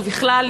ובכלל,